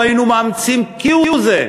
אילו היינו מאמצים כהוא-זה,